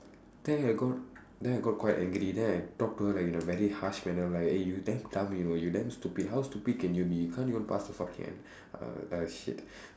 then I got then I got quite angry then I talk to her like in a very harsh manner right eh you damn dumb you know you damn stupid how stupid can you be you can't even pass the fucking N uh uh shit